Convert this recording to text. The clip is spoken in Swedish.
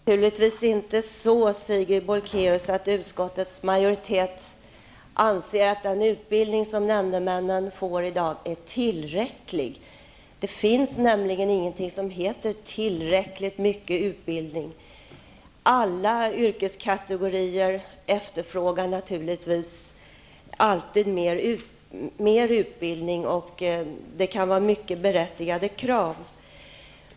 Herr talman! Det är naturligtvis inte så, Sigrid Bolkéus, att utskottets majoritet anser att den utbildning som nämndemännen får i dag är tillräcklig. Det finns nämligen ingenting som heter tillräckligt mycket utbildning. Alla yrkeskategorier efterfrågar alltid mer utbildning, och det kan vara mycket berättigade krav.